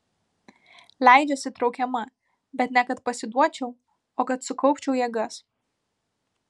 leidžiuosi traukiama bet ne kad pasiduočiau o kad sukaupčiau jėgas